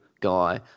guy